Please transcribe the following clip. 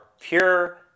pure